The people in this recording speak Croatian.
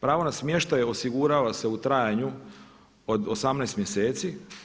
Pravo na smještaj osigurava se u trajanju od 18 mjeseci.